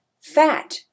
Fat